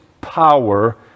power